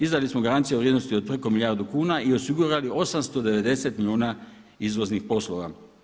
Izdali smo garancije u vrijednosti od preko milijardu kuna i osigurali 890 milijuna izvoznih poslova.